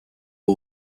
hau